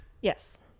Yes